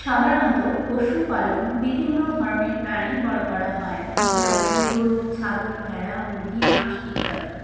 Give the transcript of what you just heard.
সাধারণত পশুপালন বিভিন্ন ধরনের প্রাণী বড়ো করা হয় যেমন গরু ছাগল ভেড়া মুরগি হাঁস ইত্যাদি